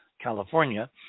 california